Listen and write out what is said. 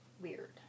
Weird